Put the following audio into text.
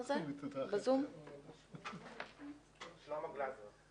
שלמה גלזר.